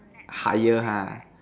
higher ha